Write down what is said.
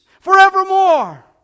forevermore